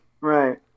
Right